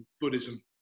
Buddhism